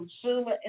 Consumer